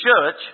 church